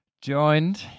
joined